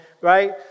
right